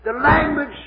language